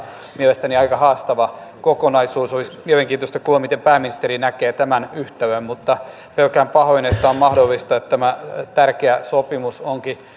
mielestäni aika haastava kokonaisuus olisi mielenkiintoista kuulla miten pääministeri näkee tämän yhtälön mutta pelkään pahoin että on mahdollista että tämä tärkeä sopimus onkin